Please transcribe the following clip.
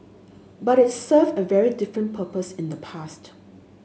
but it served a very different purpose in the past